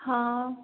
हाँ